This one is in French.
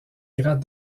grade